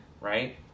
right